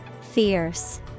Fierce